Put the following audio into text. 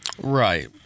Right